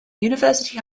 university